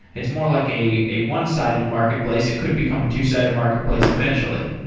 it's more like a a one-sided marketplace. it could become a two-sided marketplace eventually.